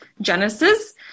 Genesis